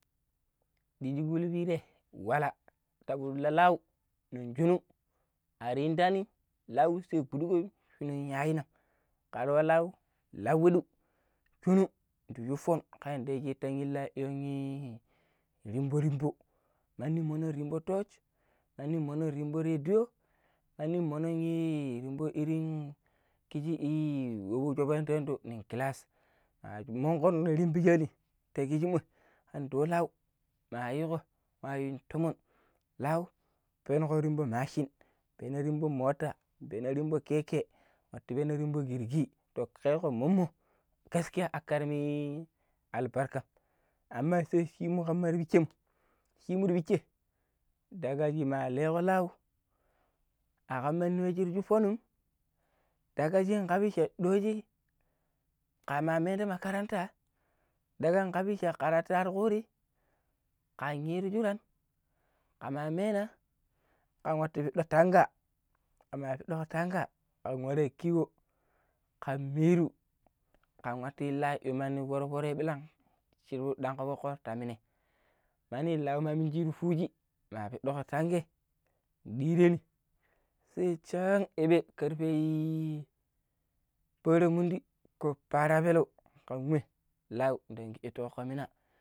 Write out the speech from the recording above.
Diiji kuli pire wala ti pudu la-lau nong shinu argbudaanim lau sai fudu wudim, fudin yayi nan kar nwa lau lauwiu ndi shuppon, ka yadda shir illo i rimbo-rimbo, mandi munun rimbo mandi munun rimbo i.i wu kiji i shovaani ando i glass ma munkon rimbishaani ta kisimoi, kandi nwa lau mayi manyun toma lau penoko rimbo machine, peno rimbo motta, penuko rimbo keke penuko rimbo girgi keko mommo gaskiya a karmi albarka amma sai shimu kamma ti picce shimu tipicce dagaji ma lee lau akam we shir shupponon daga kaabi shi doji kama mera ti makaranta karatu nwaru kan yiiru shuran kama mena kan nwatu piddo tanga kama pidduko tanga ka nwara kiwo kan miru kan nwattu lai yi foro foroi milang chir pididanko fok ti minai mandi lan ma miniji yii fuji ma piidu tangai direeni se chan ebe kerfe parammundi ko parapeleu ke wei lau ndang itu kokko mina